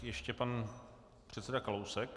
Ještě pan předseda Kalousek.